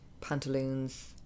pantaloons